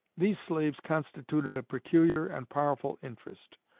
these slaves constituted a peculiar and powerful interest.